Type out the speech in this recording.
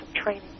training